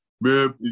man